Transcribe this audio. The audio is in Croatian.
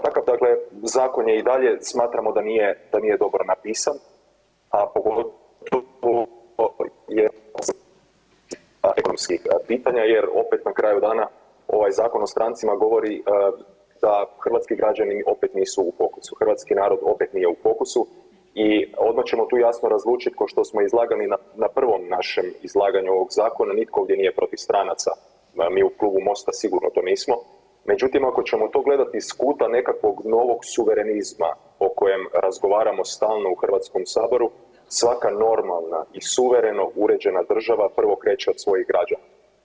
Ovakav dakle zakon je i dalje, smatramo da nije dobro napisan, a …/nerazumljivo/… ekonomskih pitanja jer opet na kraju dana ovaj Zakon o strancima govori da hrvatski građani opet nisu u fokusu, hrvatski narod opet nije u fokusu i odmah ćemo tu jasno razlučiti kao što smo izlagali na prvom našem izlaganju ovog zakona nitko ovdje nije protiv stranaca, da mi u Klubu MOST-a sigurno to nismo, međutim ako ćemo to gledati iz kuta nekakvog novog suverenizma o kojem razgovaramo stalno u Hrvatskom saboru svaka normalna i suvereno uređena država prvo kreće od svojih građana.